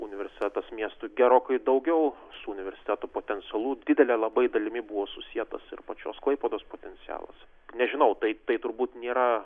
universitetas miestui gerokai daugiau su universiteto potencialu didele labai dalimi buvo susietas ir pačios klaipėdos potencialas nežinau tai tai turbūt nėra